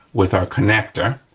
with our connector,